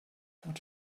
what